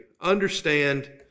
understand